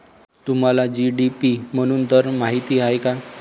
तुम्हाला जी.डी.पी मधून दर माहित आहे का?